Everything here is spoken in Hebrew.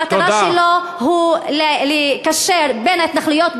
המטרה שלו היא לקשר בין ההתנחלויות,